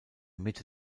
mitte